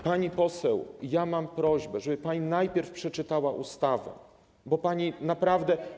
Pani poseł, mam prośbę, żeby pani najpierw przeczytała ustawę, bo pani naprawdę.